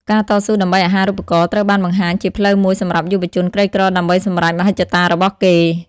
ការតស៊ូដើម្បីអាហារូបករណ៍ ត្រូវបានបង្ហាញជាផ្លូវមួយសម្រាប់យុវជនក្រីក្រដើម្បីសម្រេចមហិច្ឆតារបស់គេ។